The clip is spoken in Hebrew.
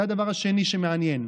זה הדבר השני שמעניין.